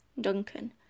duncan